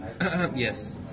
yes